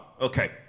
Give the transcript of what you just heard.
Okay